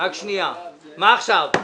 --- מה עכשיו?